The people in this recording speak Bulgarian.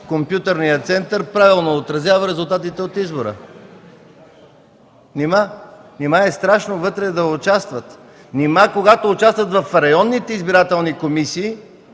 компютърният център правилно отразява резултатите от избора? Нима е страшно вътре да участват? Нима когато участват в районните избирателни комисии,